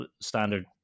standard